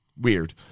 Weird